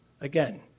Again